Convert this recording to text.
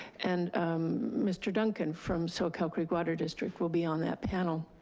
and mr. duncan from soquel creek water district will be on that panel.